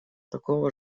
такого